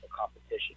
competition